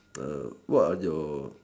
what are your